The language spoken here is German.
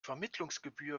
vermittlungsgebühr